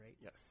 Yes